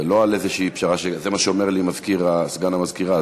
ולא על איזושהי פשרה, זה מה שאומר לי סגן המזכירה.